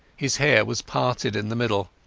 his hair was parted in the middle,